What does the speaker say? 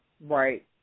Right